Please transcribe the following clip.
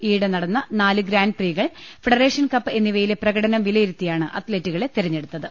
ഈയിടെ നടന്ന നാലു ഗ്രാൻപ്രീകൾ ഫെഡറേ ഷൻകപ്പ് എന്നിവയിലെ പ്രകടനം വിലയിരുത്തിയാണ് അത്ലറ്റു കളെ തിരഞ്ഞെടുത്തത്